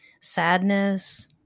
sadness